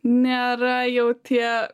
nėra jau tie